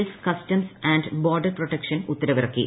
S customs and border protection ഉത്തരവിറക്കി